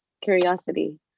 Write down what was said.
curiosity